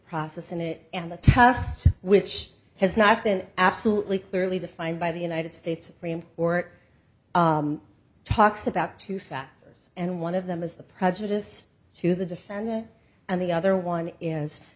process in it and the test which has not been absolutely clearly defined by the united states or it talks about two factors and one of them is the prejudice to the defendant and the other one is